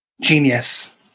Genius